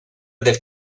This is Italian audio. del